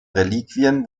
reliquien